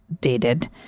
dated